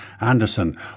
Anderson